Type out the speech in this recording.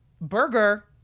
Burger